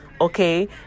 okay